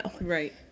Right